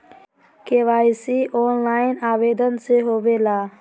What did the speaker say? KYC online आवेदन से होवे ला?